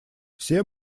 все